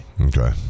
Okay